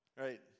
Right